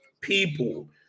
people